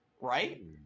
right